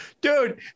Dude